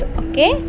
okay